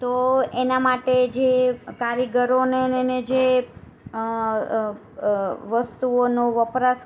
તો એના માટે જે કારીગરોને ને એને જે વસ્તુઓનો વપરાશ